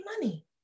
money